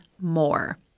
more